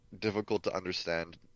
difficult-to-understand